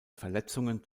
verletzungen